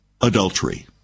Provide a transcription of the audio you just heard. adultery